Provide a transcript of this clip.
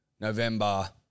November